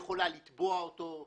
היא יכולה לתבוע אותו,